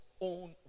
own